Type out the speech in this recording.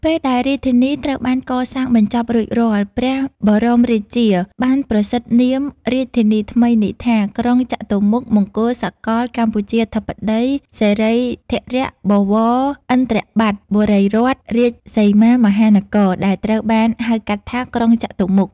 ពេលដែលរាជធានីត្រូវបានកសាងបញ្ចប់រួចរាល់ ព្រះបរមរាជា បានប្រសិដ្ឋនាមរាជធានីថ្មីនេះថា "ក្រុងចតុមុខ មង្គលសកលកម្ពុជាធិបតី សិរីធរៈបវរ ឥន្ទ្របត្តបុរីរដ្ឋ រាជសីមាមហានគរ" ដែលត្រូវបានហៅកាត់ថា "ក្រុងចតុមុខ"។